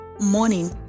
morning